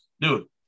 Dude